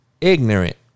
ignorant